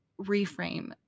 reframe